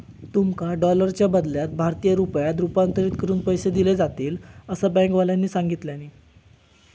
तुमका डॉलरच्या बदल्यात भारतीय रुपयांत रूपांतरीत करून पैसे दिले जातील, असा बँकेवाल्यानी सांगितल्यानी